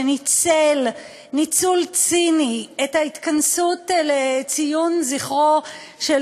שניצל ניצול ציני את ההתכנסות לציון זכרו של